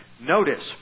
Notice